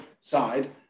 side